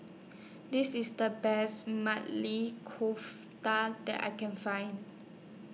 This IS The Best Maili Kofta that I Can Find